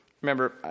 remember